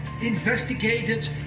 investigated